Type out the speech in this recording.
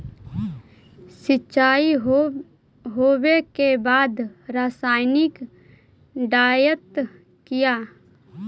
सीचाई हो बे के बाद रसायनिक डालयत किया?